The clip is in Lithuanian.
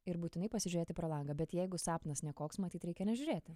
ir būtinai pasižiūrėti pro langą bet jeigu sapnas nekoks matyt reikia nežiūrėti